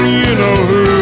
you-know-who